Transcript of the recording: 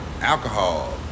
alcohol